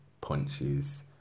punches